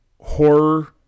horror